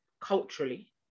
Culturally